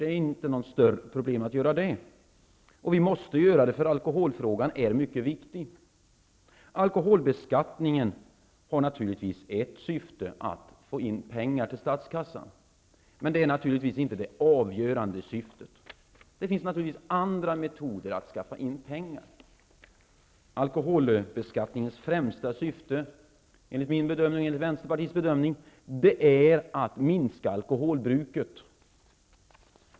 Det är inte något större problem att våga det, och vi måste tala om detta, för alkoholfrågan är mycket viktig. Ett syfte med alkoholbeskattningen är att få in pengar till statskassan, men det är naturligtvis inte det avgörande syftet. Det finns givetvis andra metoder att skaffa in pengar. Alkoholbeskattningens främsta syfte enligt min och Vänsterpartiets bedömning är att minska alkoholbruket.